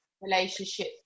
relationship